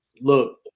Look